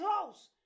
close